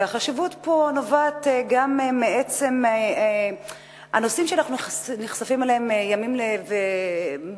והחשיבות פה נובעת גם מעצם הנושאים שאנחנו נחשפים אליהם בעיתונות,